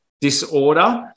disorder